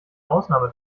ausnahme